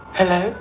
Hello